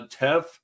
Tef